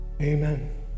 Amen